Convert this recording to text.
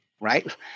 Right